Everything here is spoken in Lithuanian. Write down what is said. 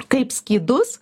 kaip skydus